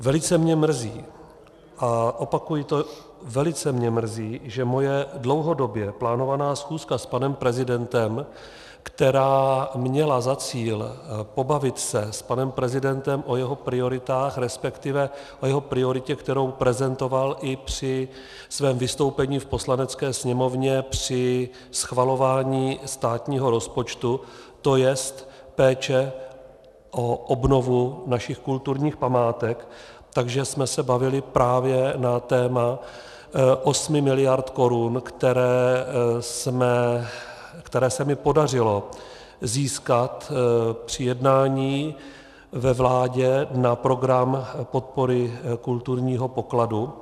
Velice mě mrzí, a opakuji to, velice mě mrzí, že moje dlouhodobě plánovaná schůzka s panem prezidentem, která měla za cíl pobavit se s panem prezidentem o jeho prioritách, resp. o jeho prioritě, kterou prezentoval i při svém vystoupení v Poslanecké sněmovně při schvalování státního rozpočtu, to jest péče o obnovu našich kulturních památek, takže jsme se bavili právě na téma osmi miliard korun, které se mi podařilo získat při jednání ve vládě na program podpory kulturního pokladu.